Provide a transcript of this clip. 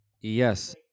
yes